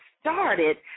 started